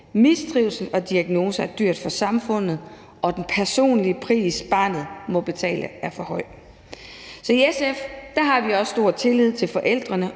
Mistrivsel og diagnoser er dyrt for samfundet, og den personlige pris, barnet må betale, er for høj. Så i SF har vi også stor tillid til forældrene